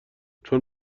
چون